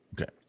Okay